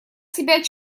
себя